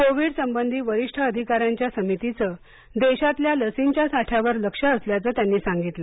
Covid संबंधी वरिष्ठ अधिकाऱ्यांच्या समितीचं देशातल्या लर्सींच्या साठ्यावर लक्ष असल्याचं त्यांनी सांगितलं